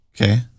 Okay